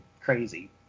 crazy